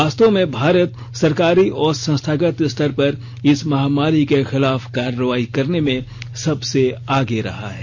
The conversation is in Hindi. वास्तव में भारत सरकारी और संस्थागत स्तर पर इस महामारी के खिलाफ कार्रवाई करने में सबसे आगे रहा है